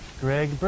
Greg